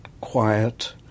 quiet